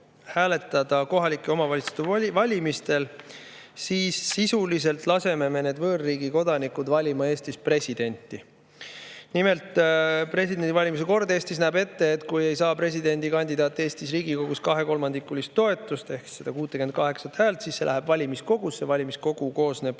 hääletada kohalike omavalitsuste valimistel, siis sisuliselt laseme me neil võõrriigi kodanikel valida Eestis presidenti. Nimelt, presidendi valimise kord näeb Eestis ette, et kui presidendikandidaat ei saa Riigikogus kahekolmandikulist toetust ehk 68 häält, siis see läheb valimiskogusse. Valimiskogu koosneb